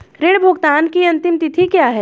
ऋण भुगतान की अंतिम तिथि क्या है?